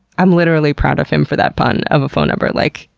i'm literally proud of him for that pun of a phone number. like,